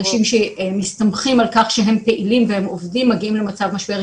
אנשים שמסתמכים על כך שהם פעילים והם עובדים מגיעים למצב משבר.